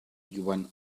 when